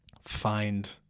find